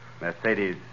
Mercedes